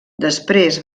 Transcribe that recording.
després